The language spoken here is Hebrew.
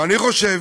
ואני חושב,